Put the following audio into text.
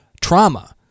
trauma